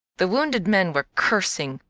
the wounded men were cursing,